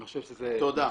אני חושב שזה מסכם.